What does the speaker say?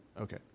Okay